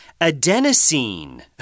adenosine